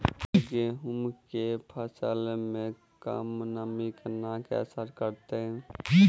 गेंहूँ केँ फसल मे कम नमी केना असर करतै?